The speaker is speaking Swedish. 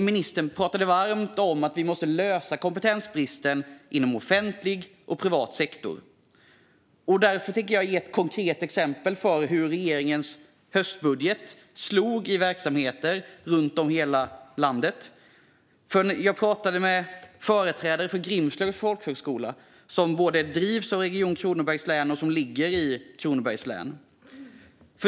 Ministern pratade varmt om att vi måste lösa kompetensbristen inom offentlig och privat sektor, och därför vill jag ge ett konkret exempel på hur regeringens höstbudget slog i verksamheter runt om i hela landet. Jag pratade med företrädare för Grimslövs folkhögskola, som drivs av Region Kronoberg och ligger i Kronobergs län.